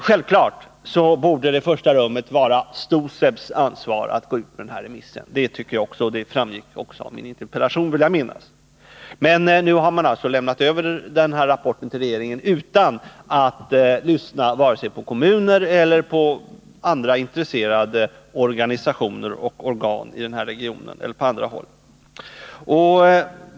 Självfallet borde det i första rummet vara STOSEB:s ansvar att gå ut med remissen — det framgick också av min fråga att jag tycker det, vill jag minnas. Men nu har man alltså lämnat över rapporten till regeringen utan att lyssna vare sig på kommuner eller på intresserade organisationer och organ i regionen eller på andra håll.